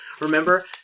Remember